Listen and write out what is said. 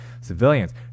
civilians